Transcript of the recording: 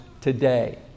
today